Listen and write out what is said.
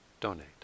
donate